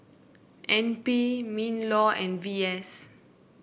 N P Minlaw and V S